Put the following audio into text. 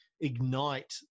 ignite